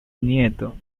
nieto